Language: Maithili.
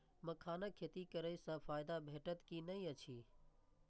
मखानक खेती करे स फायदा भेटत की नै अछि?